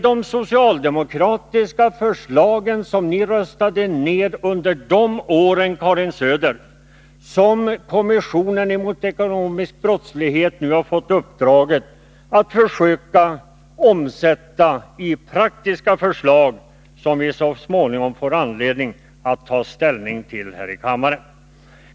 De socialdemokratiska förslag som ni röstade ned under de borgerliga åren, Karin Söder, har kommissionen mot ekonomisk brottslighet nu fått i uppdrag att försöka omsätta i praktiska förslag, som vi så småningom får anledning att ta ställning till här i kammaren.